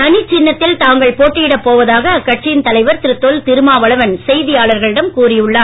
தனிச் சின்னத்தில் தாங்கள் போட்டியிடப் போவதாக அக்கட்சியின் தலைவர் திரு தொல் திருமாவளவன் செய்தியாளர்களிடம் கூறி உள்ளார்